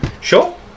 Sure